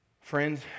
Friends